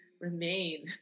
remain